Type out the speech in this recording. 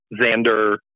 Xander